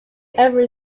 ever